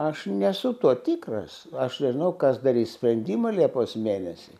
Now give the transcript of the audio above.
aš nesu tuo tikras aš nežinau kas darys sprendimą liepos mėnesį